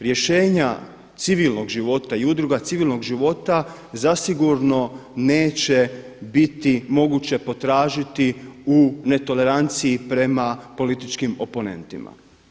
Rješenja civilnog života i udruga civilnog života zasigurno neće biti moguće potražiti u netoleranciji prema političkim oponentima.